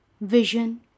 Vision